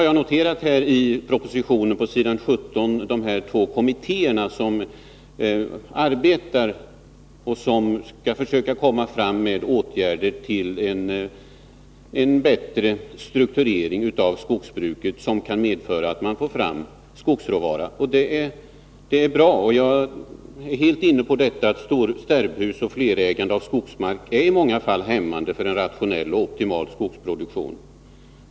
Jag noterar på s. 17 i propositionen de två kommittéer som arbetar på att komma fram med förslag till åtgärder för en bättre strukturering av skogsbruket, vilken kan medföra att man får fram skogsråvara. Det är bra. Jag håller helt med om att sterbhusoch flerägande av skogsmark kan vara hämmande för en rationell och optimal skogsproduktion.